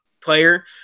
player